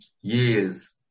years